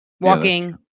walking